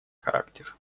характер